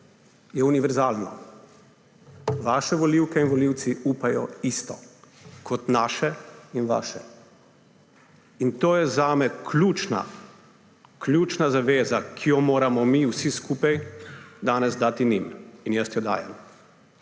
je univerzalno. Vaše volivke in volivci upajo isto kot naše in vaše. In to je zame ključna, ključna zaveza, ki jo moramo mi vsi skupaj danes dati njim. In jaz jo dajem.